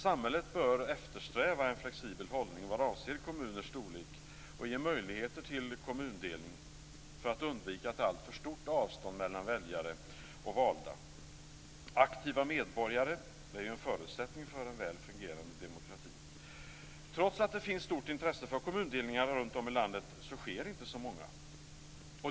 Samhället bör eftersträva en flexibel hållning vad avser kommuners storlek och ge möjligheter till kommundelning för att undvika ett allt för stort avstånd mellan väljare och valda. Aktiva medborgare är en förutsättning för en väl fungerande demokrati. Trots att det finns stort intresse för kommundelningar runt om i landet sker inte så många.